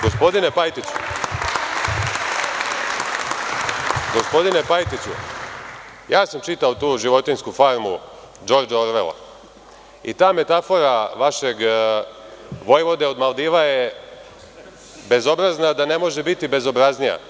Gospodine Pajtiću, ja sam čitao tu „Životinjsku farmu“ Džordža Orvela i ta metafora vašeg vojvode od Maldiva je bezobrazna da ne može biti bezobraznija.